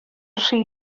rhy